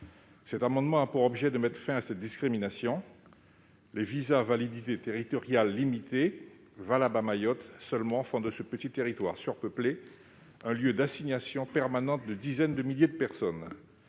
Cet amendement a pour objet de mettre fin à cette discrimination. Les visas à validité territoriale limitée, valables à Mayotte seulement, font de ce petit territoire surpeuplé un lieu d'assignation permanente de dizaines de milliers de personnes.